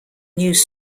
news